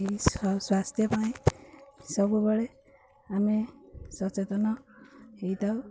ଏ ସ ସ୍ୱାସ୍ଥ୍ୟ ପାଇଁ ସବୁବେଳେ ଆମେ ସଚେତନ ହେଇଥାଉ